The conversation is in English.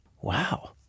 wow